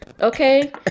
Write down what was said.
okay